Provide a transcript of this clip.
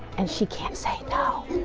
and she can't say no.